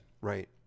right